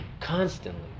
constantly